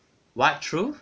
what true